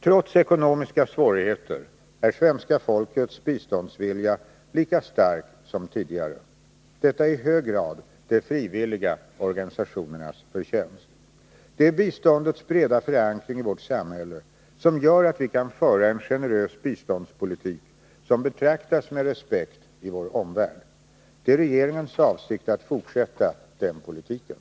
Trots ekonomiska svårigheter är svenska folkets biståndsvilja lika stark som tidigare. Detta är i hög grad de frivilliga organisationernas förtjänst. Det är biståndets breda förankring i vårt samhälle som gör att vi kan föra en generös biståndspolitik som betraktas med respekt i vår omvärld. Det är regeringens avsikt att fortsätta den politiken.